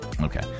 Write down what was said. Okay